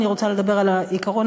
אני רוצה לדבר על העיקרון,